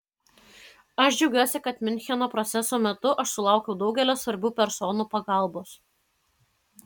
aš džiaugiuosi kad miuncheno proceso metu aš sulaukiau daugelio svarbių personų pagalbos